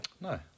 No